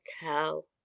hell